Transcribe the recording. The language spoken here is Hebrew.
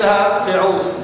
העניין של התיעוש,